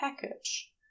package